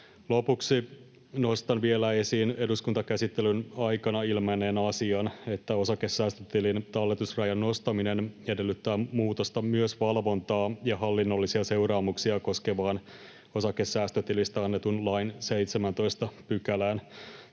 Lopuksi nostan vielä esiin eduskuntakäsittelyn aikana ilmenneen asian, että osakesäästötilin talletusrajan nostaminen edellyttää muutosta myös valvontaa ja hallinnollisia seuraamuksia koskevaan osakesäästötilistä annetun lain 17 §:ään.